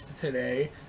today